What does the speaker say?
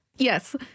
Yes